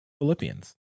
Philippians